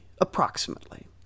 approximately